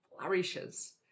flourishes